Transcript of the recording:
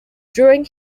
during